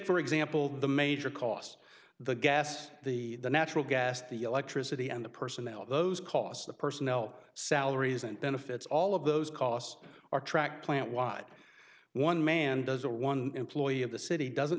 for example the major cost the gas the natural gas the electricity and the personnel those costs the personnel salaries and benefits all of those costs are tracked plant wide one man does or one employee of the city doesn't